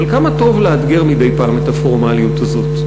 אבל כמה טוב לאתגר מדי פעם את הפורמליות הזאת,